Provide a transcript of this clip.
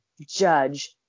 judge